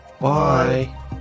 Bye